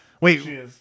wait